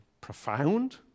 profound